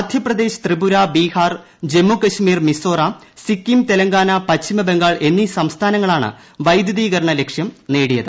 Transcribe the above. മധ്യപ്രദേശ് ത്രിപുര ബീഹാർ ജമ്മുകാശ്മീർ മിസോറാം സിക്കിം തെലങ്കാന പശ്ചിമ ബംഗാൾ എന്നീ സംസ്ഥാനങ്ങളാണ് വൈദ്യുതീകരണ ലക്ഷ്യം നേടിയത്